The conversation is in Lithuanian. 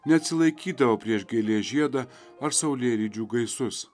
neatsilaikydavo prieš gėlės žiedą ar saulėlydžių gaisus